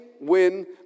win